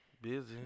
Busy